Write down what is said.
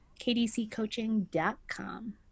kdccoaching.com